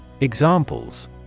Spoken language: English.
Examples